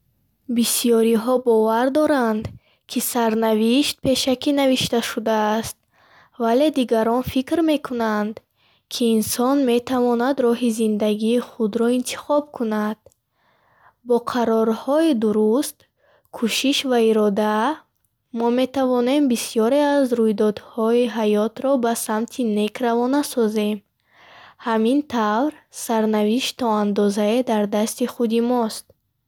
Бисёриҳо бовар доранд, ки сарнавишт пешакӣ навишта шудааст, вале дигарон фикр мекунанд, ки инсон метавонад роҳи зиндагии худро интихоб кунад. Бо қарорҳои дуруст, кӯшиш ва ирода, мо метавонем бисёре аз рӯйдодҳои ҳаётро ба самти нек равона созем. Ҳамин тавр, сарнавишт то андозае дар дасти худи мост.